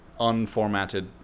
unformatted